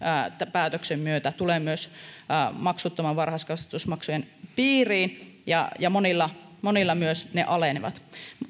päätöksen myötä tulee myös maksuttoman varhaiskasvatusmaksun piiriin ja ja monilla ne myös alenevat